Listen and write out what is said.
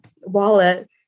wallet